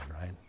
right